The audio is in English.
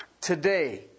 today